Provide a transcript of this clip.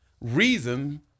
reason